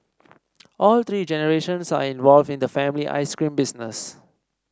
all three generations are involved in the family ice cream business